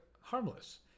harmless